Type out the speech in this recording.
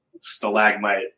stalagmite